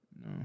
No